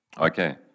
Okay